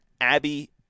Abby